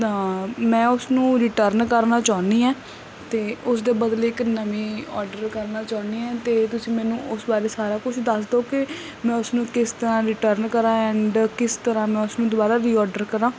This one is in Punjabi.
ਤਾਂ ਮੈਂ ਉਸਨੂੰ ਰਿਟਰਨ ਕਰਨਾ ਚਾਹੁੰਦੀ ਆਂ ਤੇ ਉਸਦੇ ਬਦਲੇ ਇੱਕ ਨਵੇਂ ਔਡਰ ਕਰਨਾ ਚਾਹੁੰਦੇ ਆ ਤੇ ਤੁਸੀਂ ਮੈਨੂੰ ਉਸ ਬਾਰੇ ਸਾਰਾ ਕੁਛ ਦੱਸ ਦੋ ਕਿ ਮੈਂ ਉਸਨੂੰ ਕਿਸ ਤਰ੍ਹਾਂ ਰਿਟਰਨ ਕਰਾਂ ਐਂਡ ਕਿਸ ਤਰ੍ਹਾਂ ਨਾਲ ਉਸਨੂੰ ਦੁਬਾਰਾ ਰੀ ਔਡਰ ਕਰਾਂ